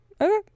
Okay